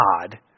God